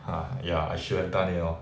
uh ya I should have done it lor